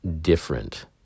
different